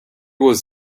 was